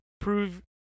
prove